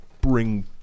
Bring